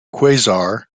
quasar